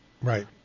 Right